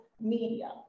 media